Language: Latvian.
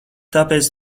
tāpēc